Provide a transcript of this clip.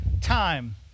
time